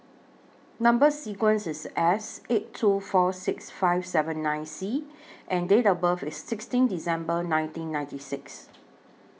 Number sequence IS S eight two four six five seventy nine C and Date of birth IS sixteen December nineteen ninety six